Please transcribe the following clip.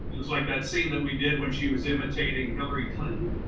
it was like that scene that we did when she was imitating hillary clinton.